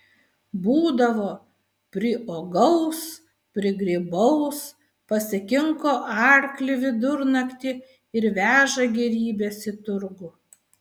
būdavo priuogaus prigrybaus pasikinko arklį vidurnaktį ir veža gėrybes į turgų